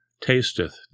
tasteth